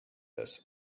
this